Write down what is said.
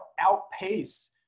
outpace